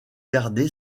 gardé